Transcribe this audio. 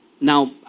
Now